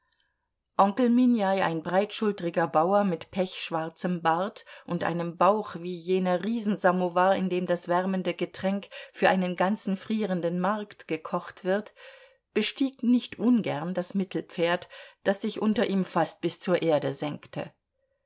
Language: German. onkel minjaj ein breitschultriger bauer mit pechschwarzem bart und einem bauch wie jener riesensamowar in dem das wärmende getränk für einen ganzen frierenden markt gekocht wird bestieg nicht ungern das mittelpferd das sich unter ihm fast bis zur erde senkte